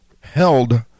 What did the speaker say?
held